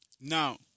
Now